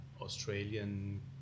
Australian